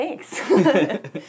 Thanks